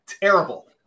terrible